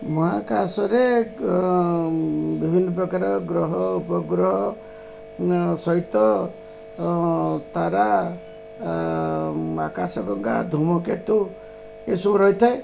ମହାକାଶରେ ବିଭିନ୍ନ ପ୍ରକାର ଗ୍ରହ ଉପଗ୍ରହ ସହିତ ତାରା ଆକାଶ ଗଙ୍ଗା ଧୁମକେତୁ ଏସବୁ ରହିଥାଏ